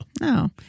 No